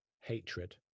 hatred